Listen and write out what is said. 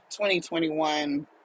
2021